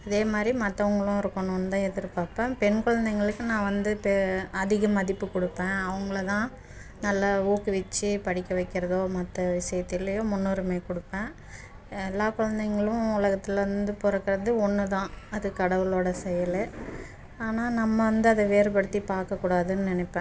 அதே மாதிரி மற்றவங்களும் இருக்கணுன்தான் எதிர்பார்ப்பேன் பெண் குழந்தைங்களுக்கு நான் வந்து இப்போ அதிக மதிப்பு கொடுப்பேன் அவங்களதான் நல்ல ஊக்குவித்து படிக்க வைக்கிறதோ மற்ற விஷயத்துலயோ முன்னுரிமை கொடுப்பேன் எல்லா குழந்தைங்களும் உலகத்தில் வந்து பிறக்குறது ஒன்றுதான் அது கடவுளோடய செயல் ஆனால் நம்ம வந்து அதை வேறுபடுத்தி பார்க்க கூடாதுன்னு நினப்பேன்